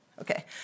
Okay